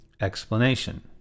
Explanation